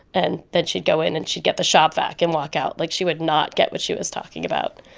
and then she'd go in, and she'd get the shop-vac and walk out. like, she would not get what she was talking about.